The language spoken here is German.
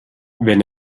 wenn